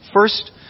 First